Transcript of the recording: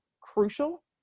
crucial